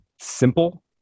simple